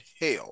hell